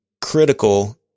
critical